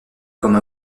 comme